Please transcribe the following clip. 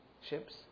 ships